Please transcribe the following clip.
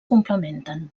complementen